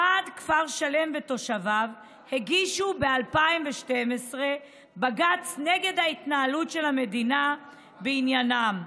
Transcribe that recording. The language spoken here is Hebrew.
ועד כפר שלם ותושביו הגישו ב-2012 בג"ץ נגד ההתנהלות של המדינה בעניינם,